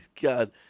God